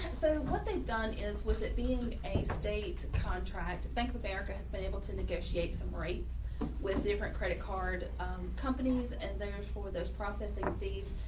and so what they've done is with it being a state contract, bank of america has been able to negotiate some rates with different credit card companies and therefore those processing fees,